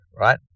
right